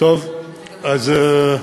טוב, אז,